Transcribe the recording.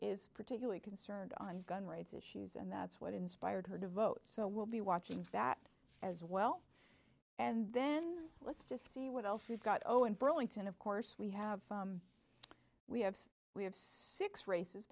is particularly concerned on gun rights issues and that's what inspired her to vote so we'll be watching that as well and then let's just see what else we've got oh in burlington of course we have we have we have six races